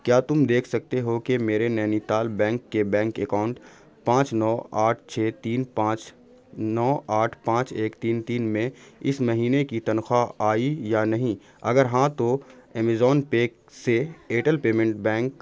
کیا تم دیکھ سکتے ہو کہ میرے نینیتال بینک کے بینک اکاؤنٹ پانچ نو آٹھ چھ تین پانچ نو آٹھ پانچ ایک تین تین میں اس مہینے کی تنخواہ آئی یا نہیں اگر ہاں تو ایمیزون پے سے ائیرٹل پیمنٹ بینک